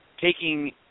taking